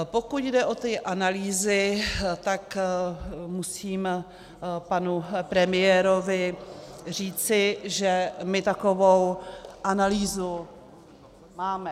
Pokud jde o ty analýzy, tak musím panu premiérovi říci, že my takovou analýzu máme .